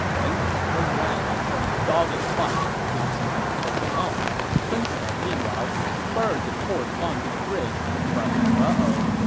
ling tong turned around and put up a dogged fight to try to hold them off. sun quan, meanwhile, spurred his horse onto the bridge, but ah oh,